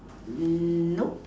nope